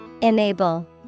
Enable